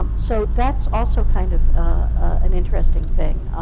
um so that's also kind of an interesting thing.